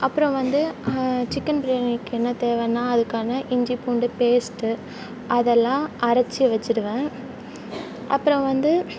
அப்புறோம் வந்து சிக்கன் பிரியாணிக்கு என்ன தேவைன்னா அதுக்கான இஞ்சி பூண்டு பேஸ்ட்டு அதெல்லாம் அரச்சு வெச்சுடுவேன் அப்புறம் வந்து